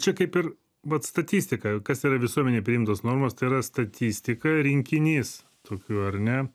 čia kaip ir vat statistika kas yra visuomenėj priimtos normos tai yra statistika rinkinys tokių ar ne